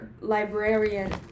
librarian